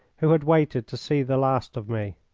who had waited to see the last of me.